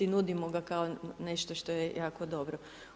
Nudimo ga kao nešto što je jako dobro.